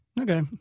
Okay